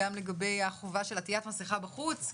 גם לגבי החובה של עטיית מסכה בחוץ,